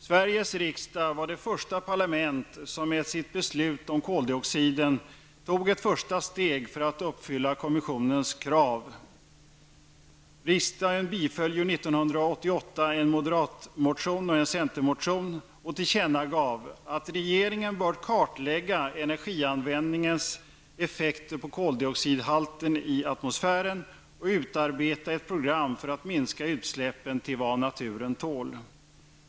Sveriges riksdag var det första parlament som med sitt beslut om koldioxiden tog ett första steg för att uppfylla kommissionens krav. Riksdagen biföll ju 1988 en centermotion och en moderatmotion och tillkännagav att ''regeringen bör kartlägga energianvändningens effekter på koldioxidhalten i atmosfären och utarbeta ett program för att minska utsläppen till vad naturen tål.